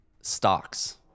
stocks